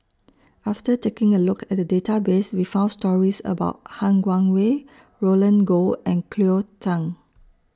after taking A Look At The Database We found stories about Han Guangwei Roland Goh and Cleo Thang